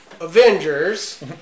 Avengers